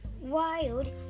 wild